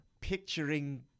Picturing